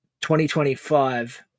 2025